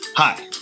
Hi